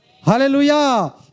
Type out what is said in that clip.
Hallelujah